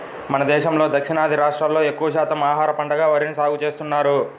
మన దేశంలో దక్షిణాది రాష్ట్రాల్లో ఎక్కువ శాతం ఆహార పంటగా వరిని సాగుచేస్తున్నారు